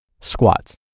Squats